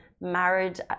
Married